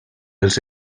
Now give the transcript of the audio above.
els